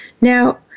Now